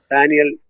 Daniel